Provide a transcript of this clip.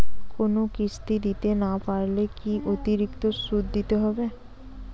কোনো কিস্তি দিতে না পারলে কি অতিরিক্ত সুদ দিতে হবে?